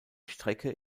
strecke